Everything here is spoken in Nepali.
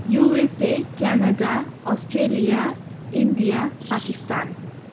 USA Canada Australia India Pakistan